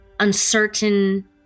uncertain